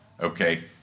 Okay